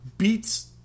Beats